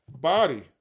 body